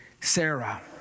Sarah